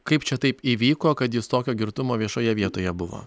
kaip čia taip įvyko kad jis tokio girtumo viešoje vietoje buvo